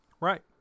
Right